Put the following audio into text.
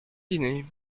dîner